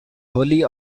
holy